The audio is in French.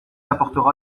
apportera